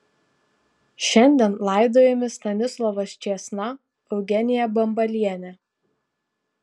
šiandien laidojami stanislovas čėsna eugenija bambalienė